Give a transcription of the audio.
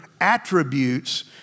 attributes